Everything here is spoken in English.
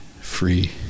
free